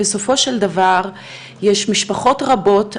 בסופו של דבר יש משפחות רבות,